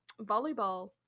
volleyball